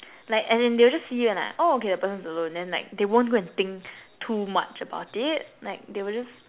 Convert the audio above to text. like as in they will just see you and like oh okay that person's alone then like they won't go and think too much about it like they will just